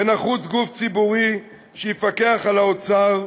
נחוץ גוף ציבורי שיפקח על האוצר,